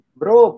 bro